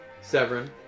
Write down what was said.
Severin